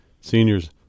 Seniors